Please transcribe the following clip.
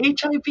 HIV